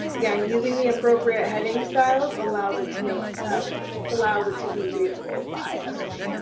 again, using the appropriate heading styles allows it to make um allows it to be readable by a screen